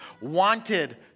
wanted